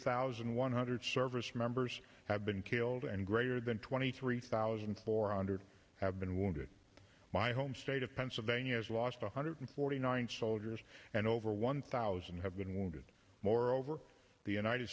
thousand one hundred service members have been killed and greater than twenty three thousand four hundred have been wounded my home state of pennsylvania has lost one hundred forty nine soldiers and over one thousand have been wounded more over the united